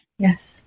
Yes